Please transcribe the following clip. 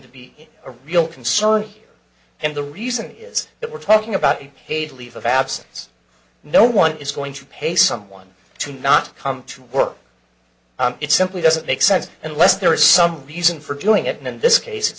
to be a real concern here and the reason is that we're talking about a paid leave of absence no one is going to pay someone to not come to work it simply doesn't make sense unless there is some reason for doing it and in this case it